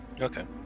Okay